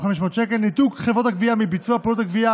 ניתוק חברות הגבייה מביצוע פעולות הגבייה